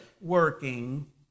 working